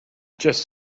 just